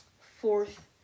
Fourth